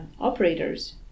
operators